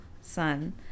Sun